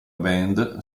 band